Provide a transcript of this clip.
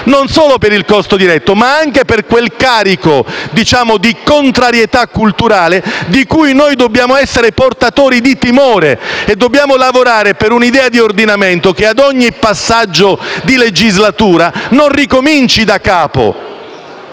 di 87 milioni di euro, ma anche per quel carico di contrarietà culturale di cui noi dobbiamo essere portatori di timore. Dobbiamo lavorare per un'idea di ordinamento che ad ogni passaggio di legislatura non ricominci da capo.